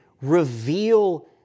reveal